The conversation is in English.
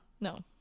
No